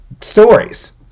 stories